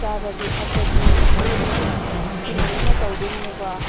ꯆꯥꯕꯒꯤ ꯊꯛꯄꯒꯤ ꯉꯁꯥꯏꯒꯤ ꯑꯩꯈꯣꯏꯅ ꯂꯣꯏꯅ ꯇꯧꯗꯣꯏꯅꯤꯅꯀꯣ